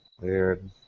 Weird